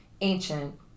ancient